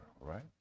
right